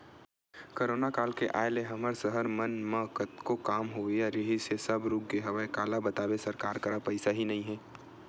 corona काल के आय ले हमर सहर मन म कतको काम होवइया रिहिस हे सब रुकगे हवय काला बताबे सरकार करा पइसा ही नइ ह